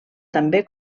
també